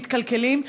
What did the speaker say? מתקלקלים.